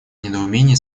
недоумении